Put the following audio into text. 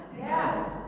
Yes